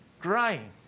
crying